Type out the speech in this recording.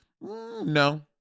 No